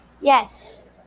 Yes